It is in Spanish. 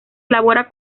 elabora